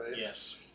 Yes